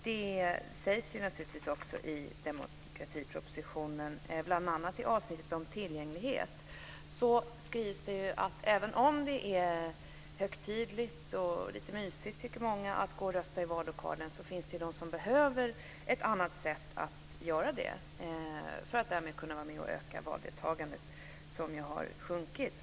Bl.a. i avsnittet om tillgänglighet skrivs det i demokratipropositionen att även om det är högtidligt och lite mysigt att rösta i en vallokal finns det de som behöver göra det på ett annat sätt för att kunna vara med och öka valdeltagandet som ju har sjunkit.